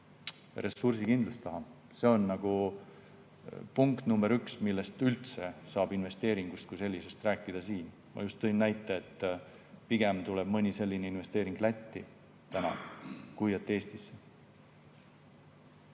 ressursikindlust taha. See on nagu punkt number üks, mille puhul üldse saab investeeringust kui sellisest rääkida. Ma just tõin näite, et pigem läheb mõni selline investeering Lätti, kui et tuleb Eestisse.